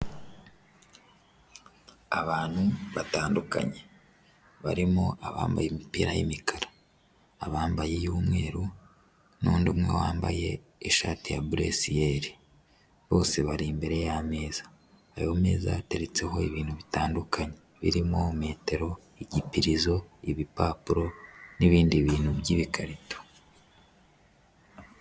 Abantu batandukanye barimo abambaye imipira y'imikara abambaye iy'umweru n'undi umwe wambaye ishati ya buresiyeri bose bari imbere y'ameza, ayo meza ateretseho ibintu bitandukanye birimo metero, igipirizo, ibipapuro n'ibindi bintu by'ibikarito.